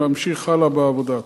להמשיך הלאה בעבודה.